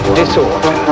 disorder